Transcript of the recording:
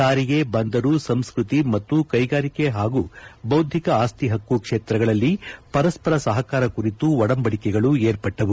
ಸಾರಿಗೆ ಬಂದರು ಸಂಸ್ಕತಿ ಮತ್ತು ಕೈಗಾರಿಕೆ ಹಾಗೂ ಬೌದ್ಧಿಕ ಆಸ್ತಿ ಪಕ್ಕು ಕ್ಷೇತ್ರಗಳಲ್ಲಿ ಪರಸ್ಪರ ಸಹಕಾರ ಕುರಿತು ಒಡಂಬಡಿಕೆಗಳು ಏರ್ಪಟ್ಟವು